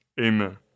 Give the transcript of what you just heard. amen